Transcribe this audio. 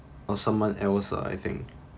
of someone else lah I think